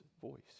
voice